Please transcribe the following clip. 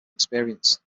experience